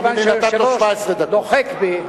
מכיוון שהיושב-ראש דוחק בי,